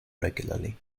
regularly